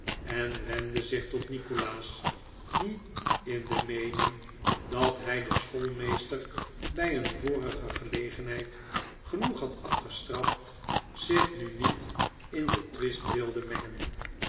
en wendde zich tot nikolaas die in de meening dat hij den schoolmeester bij een vorige gelegenheid genoeg had afgestraft zich nu niet in den twist wilde mengen